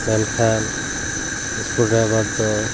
ᱢᱮᱱᱠᱷᱟᱱ school driver ᱫᱚ